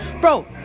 Bro